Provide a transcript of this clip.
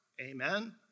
Amen